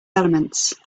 elements